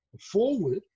forward